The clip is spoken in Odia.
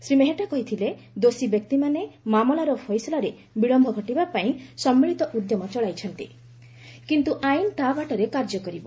ଶ୍ରୀ ମେହେଟ୍ଟା କହିଥିଲେ ଦୋଷୀ ବ୍ୟକ୍ତିମାନେ ମାମଲାର ଫୈସଲାରେ ବିଳମ୍ୟ ଘଟିବା ପାଇଁ ସମ୍ମିଳିତୀ ଉଦ୍ୟମ ଚଳାଇଛନ୍ତି କିନ୍ତ୍ର ଆଇନ୍ ତା ବାଟରେ କାର୍ଯ୍ୟ କରିବ